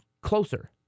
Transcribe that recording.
closer